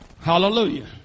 Hallelujah